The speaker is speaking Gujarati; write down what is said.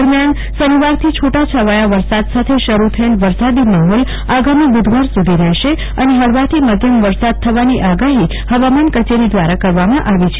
દરમ્યાન શનિવાર થી છુટા છવાયા વરસાદ સાથે શરૂ થયેલ વરસાદી માહોલ આગામી બુધવાર સુધી રહેશે અને હળવાથી મધ્યમ વરસાદ થવાની આગાહી હવામાન કચેરી દ્રારા કરવામાં આવી છે